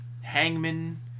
Hangman